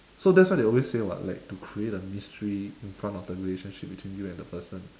so that's way they always say [what] like to create a mystery in front of the relationship between you and the person